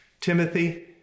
Timothy